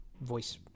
voice